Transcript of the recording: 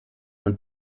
und